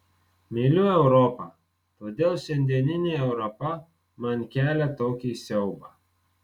myliu europą todėl šiandieninė europa man kelia tokį siaubą